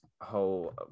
whole